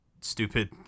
stupid